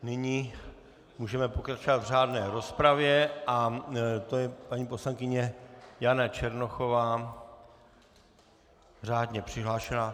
Nyní můžeme pokračovat v řádné rozpravě a to je paní poslankyně Jana Černochová, řádně přihlášená.